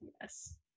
Yes